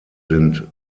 sind